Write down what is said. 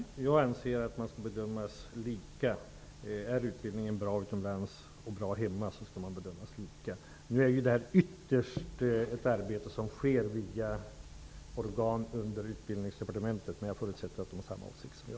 Fru talman! Jag anser att utbildningarna skall bedömas lika. Är utbildningen bra utomlands och bra hemma skall de bedömas lika. Detta är ytterst ett arbete som sker via organ som ligger under Utbildningsdepartementet. Men jag förutsätter att de har samma åsikt som jag.